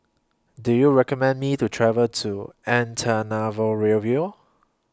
Do YOU recommend Me to travel to Antananarivo